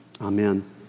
Amen